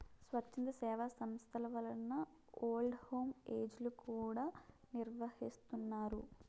స్వచ్ఛంద సేవా సంస్థల వలన ఓల్డ్ హోమ్ ఏజ్ లు కూడా నిర్వహిస్తున్నారు